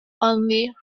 only